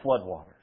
floodwaters